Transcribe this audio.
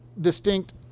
distinct